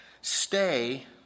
Stay